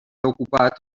ocupat